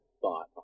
thought